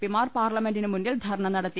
പിമാർ പാർലമെന്റിന് മുന്നിൽ ധർണ നടത്തി